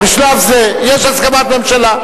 בשלב זה יש הסכמת הממשלה.